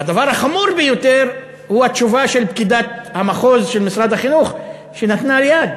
והדבר החמור ביותר הוא התשובה של פקידת המחוז של משרד החינוך שנתנה יד,